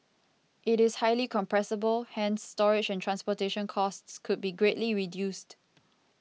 it is highly compressible hence storage and transportation costs could be greatly reduced